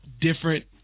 different